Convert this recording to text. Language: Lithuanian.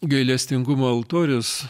gailestingumo altorius